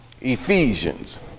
Ephesians